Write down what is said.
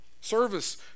Service